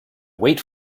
wait